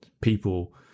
people